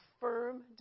firm